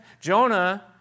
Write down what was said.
Jonah